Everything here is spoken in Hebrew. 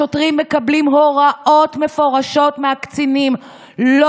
השוטרים מקבלים הוראות מפורשות מהקצינים לא